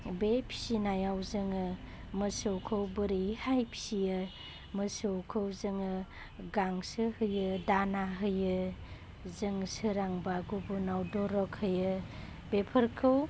बे फिसिनायाव जोङो मोसौखौ बोरैहाय फिसियो मोसौखौ जोङो गांसो होयो दाना होयो जों सोरांबा गुबुनाव दरख होयो बेफोरखौ